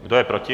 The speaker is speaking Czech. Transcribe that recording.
Kdo je proti?